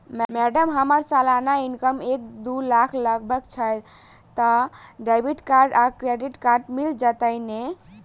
Madam हम्मर सलाना income एक दु लाख लगभग छैय तऽ डेबिट कार्ड आ क्रेडिट कार्ड मिल जतैई नै?